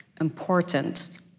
important